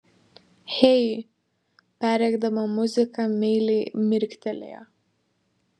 hei perrėkdama muziką meiliai mirktelėjo